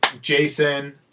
jason